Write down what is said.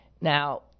Now